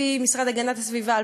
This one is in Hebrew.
לפי המשרד להגנת הסביבה,